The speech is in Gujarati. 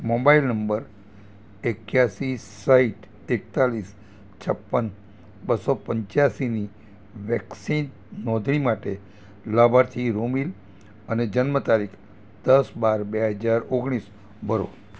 મોબાઈલ નંબર એકયાસી સાઠ એકતાળીસ છપ્પન બસો પંચ્યાસીની વેક્સિન નોંધણી માટે લાભાર્થી રોમિલ અને જન્મ તારીખ દસ બાર બે હજાર ઓગણીસ ભરો